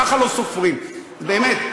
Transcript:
ככה לא סופרים, באמת.